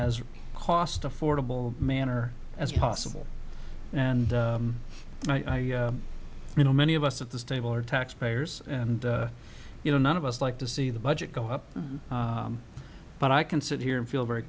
as cost affordable manner as possible and i you know many of us at this table are taxpayers and you know none of us like to see the budget go up but i can sit here and feel very